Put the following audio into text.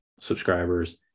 subscribers